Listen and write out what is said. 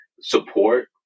support